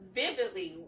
vividly